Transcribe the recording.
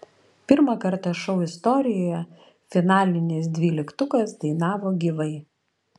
pirmą kartą šou istorijoje finalinis dvyliktukas dainavo gyvai